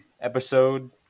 episode